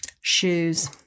Shoes